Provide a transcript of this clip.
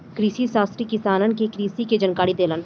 कृषिशास्त्री किसानन के कृषि के जानकारी देलन